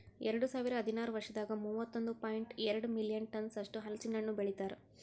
ಎರಡು ಸಾವಿರ ಹದಿನಾರು ವರ್ಷದಾಗ್ ಮೂವತ್ತೊಂದು ಪಾಯಿಂಟ್ ಎರಡ್ ಮಿಲಿಯನ್ ಟನ್ಸ್ ಅಷ್ಟು ಹಲಸಿನ ಹಣ್ಣು ಬೆಳಿತಾರ್